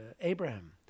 Abraham